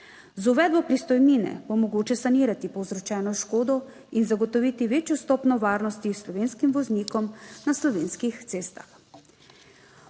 Z uvedbo pristojbine bo mogoče sanirati povzročeno škodo in zagotoviti večjo stopnjo varnosti slovenskim voznikom na slovenskih cestah.